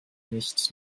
nicht